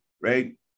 right